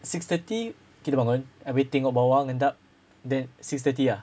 six thirty kira bangun and then tengok bawa mendap then six thirty ah